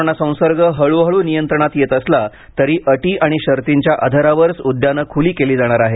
corona संसर्ग हळूहळू नियंत्रणात येत असला तरी अटी आणि शर्तींच्या आधारावरच उद्यानं खुली केली जाणार आहेत